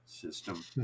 system